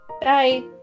bye